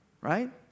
right